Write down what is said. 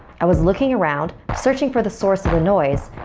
i was looking around, searching for the source of the noise,